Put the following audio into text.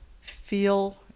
feel